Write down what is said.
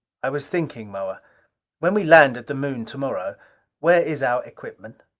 i was thinking, moa when we land at the moon tomorrow where is our equipment?